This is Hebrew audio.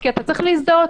כי אתה צריך להזדהות.